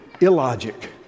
illogic